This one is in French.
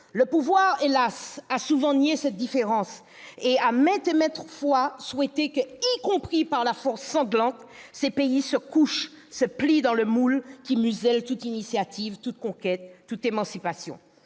Le pouvoir hélas ! a souvent nié cette différence et a maintes et maintes fois souhaité que, y compris par la force sanglante, ces pays se couchent, se plient dans le moule qui muselle toute initiative, toute conquête, toute émancipation.